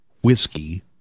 whiskey